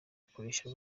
ukoresha